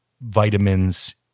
vitamins